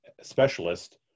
specialist